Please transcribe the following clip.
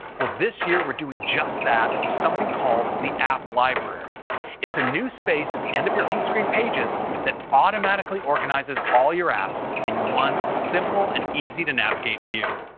well, this year we're doing just that with something called the app library it's a new space at the end of your home screen pages that automatically organizes all your apps in one simple and easy to navigate view.